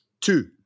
Two